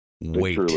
Wait